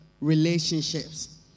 relationships